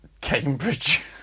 Cambridge